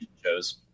shows